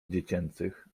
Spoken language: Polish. dziecięcych